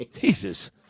Jesus